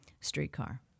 Streetcar